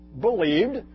believed